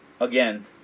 again